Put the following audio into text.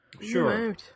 Sure